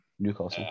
Newcastle